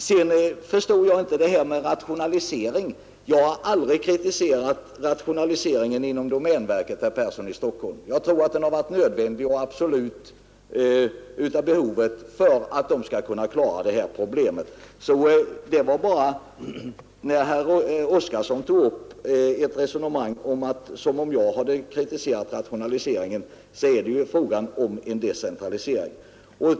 Sedan förstår jag inte det här med rationalisering. Jag har aldrig kritiserat rationaliseringen inom domänverket, herr Persson i Stockholm. Jag tror absolut att den har varit av behovet påkallad för att domänverket skall kunna klara de här problemen. Jag yttrade mig om detta bara därför att herr Oskarson tog upp ett resonemang som kunde ge intrycket att jag hade kritiserat rationaliseringen; det är ju fråga om en decentralisering.